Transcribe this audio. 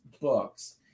books